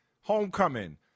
homecoming